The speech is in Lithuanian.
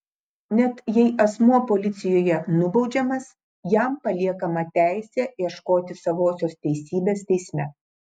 net jei asmuo policijoje nubaudžiamas jam paliekama teisė ieškoti savosios teisybės teisme